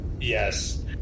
Yes